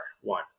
one